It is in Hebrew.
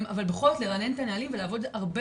אבל בכל זאת לרענן את הנהלים ולעבוד הרבה